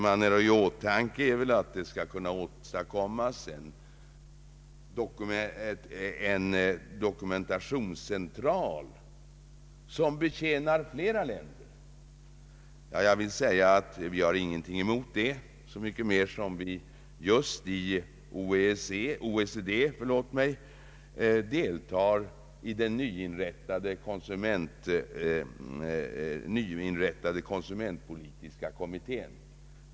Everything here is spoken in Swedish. Man har i åtanke att det skulle kunna åstadkommas en dokumentationscentral som skulle betjäna flera länder. Jag vill säga att vi inte har någonting emot detta förslag, så myc ket mindre som vi just i OECD deltar i den nyinrättade konsumentpolitiska kommittén.